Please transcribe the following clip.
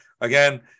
Again